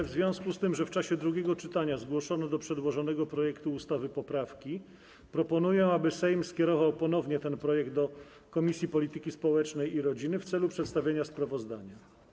W związku z tym, że w czasie drugiego czytania zgłoszono do przedłożonego projektu ustawy poprawki, proponuję, aby Sejm skierował ponownie ten projekt do Komisji Polityki Społecznej i Rodziny w celu przedstawienia sprawozdania.